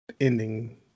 ending